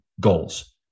goals